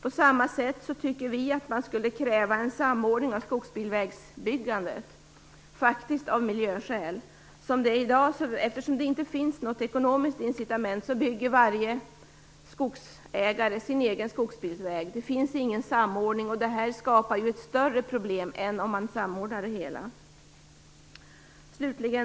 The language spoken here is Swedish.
På samma sätt tycker vi i Vänsterpartiet att man skulle kräva en samordning av skogsbilvägsbyggandet - av miljöskäl. Eftersom det inte finns något ekonomiskt incitament i dag bygger varje skogsägare sin egen skogsbilväg. Det finns ingen samordning, och detta skapar ett större problem än man skulle ha om man samordnade det hela. Fru talman!